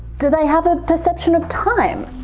do they have a perception of time?